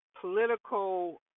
political